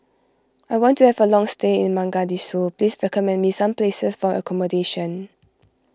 I want to have a long stay in Mogadishu please recommend me some places for your accommodation